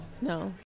No